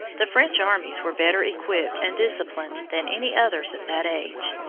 the french armies were better equipped and disciplined than any others of that age.